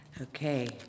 Okay